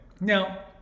Now